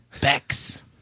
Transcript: Bex